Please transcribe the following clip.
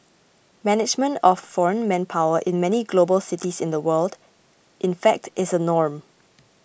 management of foreign manpower in many global cities of the world in fact is a norm